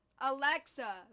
Alexa